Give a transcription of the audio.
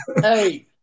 hey